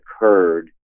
occurred